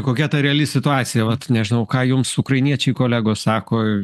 kokia ta reali situacija vat nežinau ką jums ukrainiečiai kolegos sako